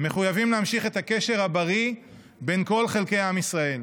מחויבים להמשיך את הקשר הבריא בין כל חלקי עם ישראל.